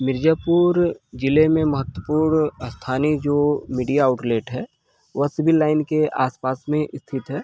मिर्जापुर जिले में महत्वपूर्ण स्थानीय जो मीडिया आउटलेट है वह सिविल लाइन के आस पास में स्थित है